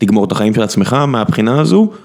תגמור את החיים של עצמך מהבחינה הזו